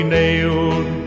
nailed